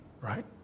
right